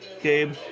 Gabe